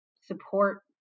support